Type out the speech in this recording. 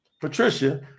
Patricia